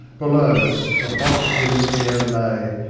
below, the hot, heavy air lay,